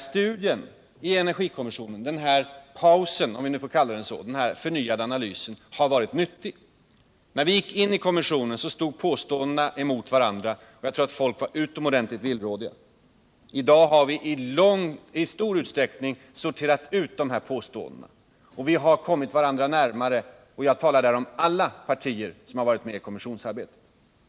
Studien i energikommissionen — denna paus, om vi får kalla den så — har varit en nödvändig förnyad analys. När vi gick in i kommissionen stod påståendena emot varandra, och jag tror att människorna var utomordentligt villrådiga. I dag har vi i stor utsträckning sorterat ut påståendena, och vi har kommit varandra närmare. Jag avser därvid alla partier som varit med i kommissionsarbetet.